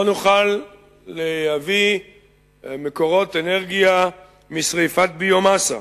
לא נוכל להביא מקורות אנרגיה משרפת ביומסה.